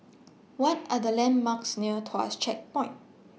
What Are The landmarks near Tuas Checkpoint